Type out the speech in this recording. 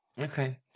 Okay